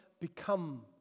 become